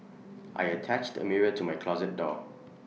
I attached A mirror to my closet door